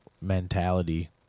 mentality